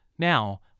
Now